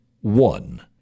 one